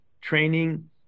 training